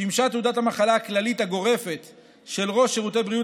שימשה תעודת המחלה הכללית הגורפת של ראש שירותי בריאות